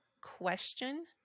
question